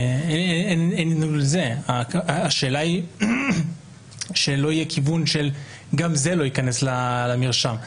רק שלא יקרה מצב שגם זה לא ייכנס למרשם.